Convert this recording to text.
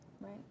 right